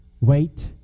Wait